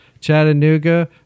Chattanooga